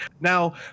Now